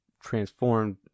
transformed